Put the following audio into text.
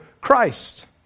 Christ